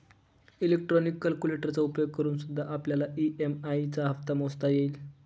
electronic कैलकुलेटरचा उपयोग करूनसुद्धा आपल्याला ई.एम.आई चा हप्ता मोजता येईल